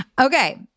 Okay